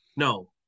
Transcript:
No